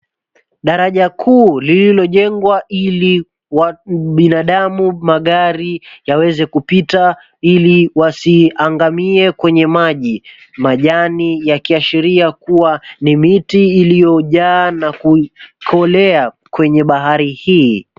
Daraja kuu lililojengwa ili binadamu, magari yaweze kupita ili wasiangamie kwenye maji. Majani yakiashiria kuwa ni miti iliyojaa na kukolea kwenye bahari hii.